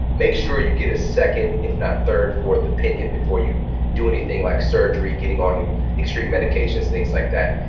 make sure you get a second if not third, fourth opinion before you do anything like surgery, getting onto extreme medications, things like that.